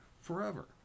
Forever